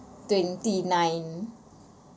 twenty nine